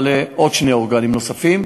אני מעלה עוד שני אורגנים נוספים,